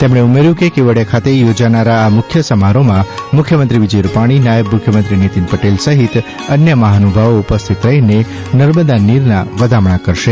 તેમણે ઉમેર્યું કે કેવડિયા ખાતે યોજાનાર આ મુખ્ય સમારોહમાં મુખ્યમંત્રી શ્રી વિજયભાઇ રૂપાલી નાયબ મુખ્યમંત્રી શ્રી નીતિનભાઇ પટેલ સહિત અન્ય મહાનુભાવો ઉપસ્થિત રહીને નર્મદા નીરના વધામણા કરશે